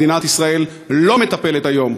מדינת ישראל לא מטפלת היום,